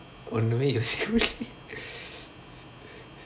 ஒன்னுமே யோசிக்க முடிலயே:onnumae yosika mudilayae